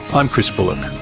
i'm chris bullock.